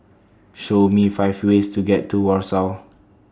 Show Me five ways to get to Warsaw